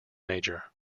major